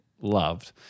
loved